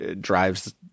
drives